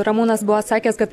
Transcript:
ramūnas buvo sakęs kad